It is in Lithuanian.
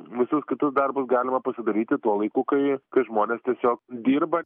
visus kitus darbus galima pasidaryti tuo laiku kai žmonės tiesiog dirba